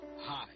Hi